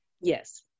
yes